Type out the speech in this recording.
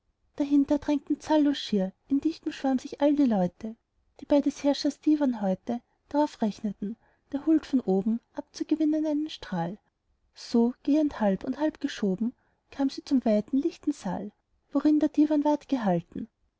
dahinter drängten zahllos schier in dichtem schwarm sich all die leute die bei des herrschers diwan heute drauf rechneten der huld von oben abzugewinnen einen strahl so gehend halb und halb geschoben kam sie zum weiten lichten saal worin der diwan ward gehalten